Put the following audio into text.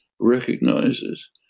recognizes